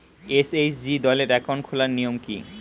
SHG দলের account খোলার নিয়ম কী?